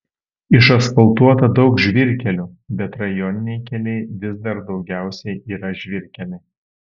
išasfaltuota daug žvyrkelių bet rajoniniai keliai vis dar daugiausiai yra žvyrkeliai